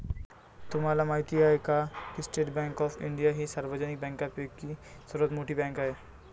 तुम्हाला माहिती आहे का की स्टेट बँक ऑफ इंडिया ही सार्वजनिक बँकांपैकी सर्वात मोठी बँक आहे